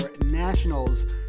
Nationals